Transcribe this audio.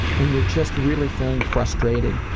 and you're just really feeling frustrated,